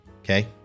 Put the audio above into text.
Okay